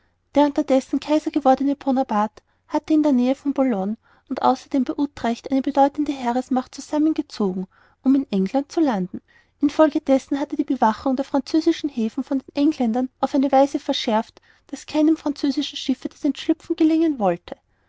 der unterdessen kaiser gewordene bonaparte hatte in der nähe von boulogne und außerdem bei utrecht eine bedeutende heeresmacht zusammengezogen um in england zu landen in folge dessen wurde die bewachung der französischen häfen von den engländern auf eine weise verschärft daß keinem französischen schiffe das entschlüpfen gelingen wollte